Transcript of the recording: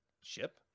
ship